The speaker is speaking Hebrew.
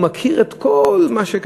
שהוא מכיר את הכול.